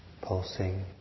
pulsing